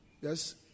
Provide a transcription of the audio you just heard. Yes